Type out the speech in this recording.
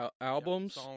albums